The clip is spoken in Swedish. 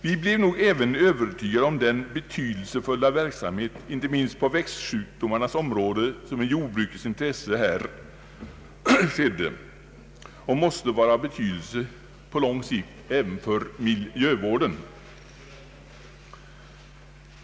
Vi blev nog även övertygade om den betydelsefulla verksamhet, inte minst på växtsjukdomarnas område, som i jordbrukets intresse här bedrivs och som måste vara av betydelse på lång sikt även för miljövården.